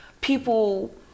people